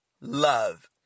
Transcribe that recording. love